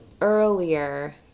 earlier